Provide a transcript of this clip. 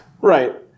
Right